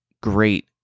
great